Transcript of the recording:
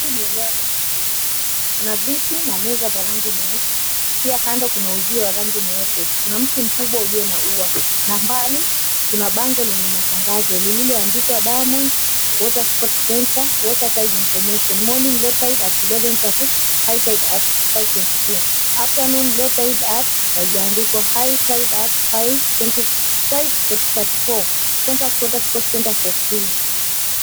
Hili ni eneo la kujiburudisha kuna viti na meza za rangi nyeusi pia kando kuna uzio wa rangi mweupe kuna mti mkubwa ulio na ua na mbali kuna bango lenye matangazo lililoandikwa, Diamonds Water Sport Centre Water Guide Information Morning Low Tide at 11.30 High Tide at 5.22. Afternoon Low Tide at haijaandikwa High tide at 5.34. Contact Water Sport Centre for Free.